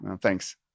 Thanks